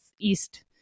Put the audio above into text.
East